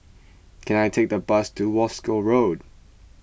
can I take a bus to Wolskel Road